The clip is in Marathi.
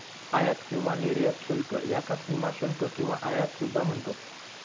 आयात किंवा निर्यात शुल्क याका सीमाशुल्क किंवा आयात सुद्धा म्हणतत